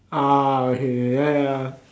ah okay ya ya